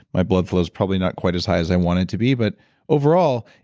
my blood flow is probably not quite as high as i want it to be but overall,